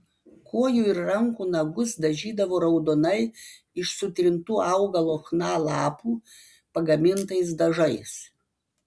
kojų ir rankų nagus dažydavo raudonai iš sutrintų augalo chna lapų pagamintais dažais